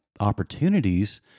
Opportunities